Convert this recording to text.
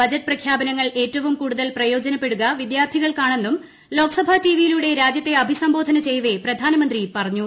budget പ്രഖ്യാപനങ്ങൾ ഏറ്റവും കൂടുതൽ പ്രയോജനപ്പെടുക് വിദ്യാർത്ഥികൾക്കാണെന്നും ലോക്സഭാ ടി വിയിലൂടെ രാജ്യത്തെ അഭിസംബോധന ചെയ്യവെ പ്രധാനമന്ത്രി പറഞ്ഞു